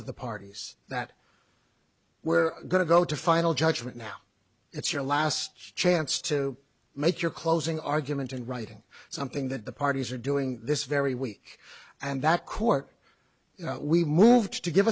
of the parties that we're going to go to final judgment now it's your last chance to make your closing argument in writing something that the parties are doing this very week and that court we moved to give